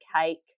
cake